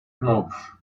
knopf